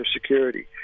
security